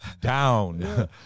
down